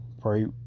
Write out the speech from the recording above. pray